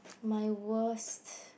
my worst